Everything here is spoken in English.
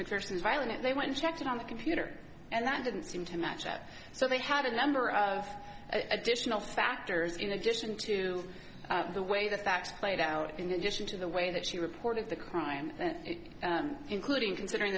macpherson is violent and they want to check in on the computer and that didn't seem to match up so they had a number of additional factors in addition to the way the facts played out in addition to the way that she reported the crime including considering